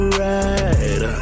right